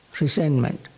resentment